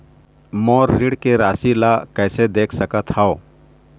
मोर ऋण के राशि ला म कैसे देख सकत हव?